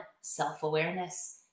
self-awareness